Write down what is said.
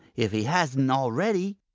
if he hasn't already,